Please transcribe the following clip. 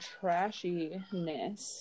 trashiness